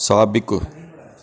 साबिक